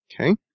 Okay